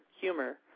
humor